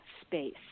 space